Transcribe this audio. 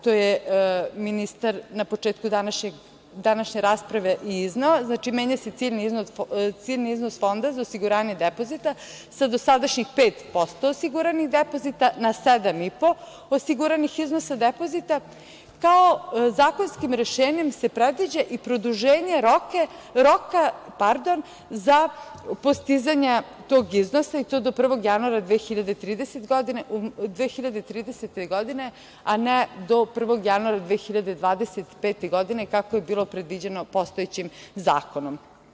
To je ministar na početku današnje rasprave i izneo, znači, menja se ciljni iznos Fonda za osiguranje depozita sa dosadašnjih pet posto osiguranih depozita na 7,5% osiguranih iznosa depozita, kao zakonskim rešenjem se predviđa i produženje roka za postizanje tog iznosa i to do 1. januara 2030. godine, a ne do 1. januara 2025. godine kako je bilo predviđeno postojećim zakonom.